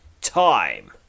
time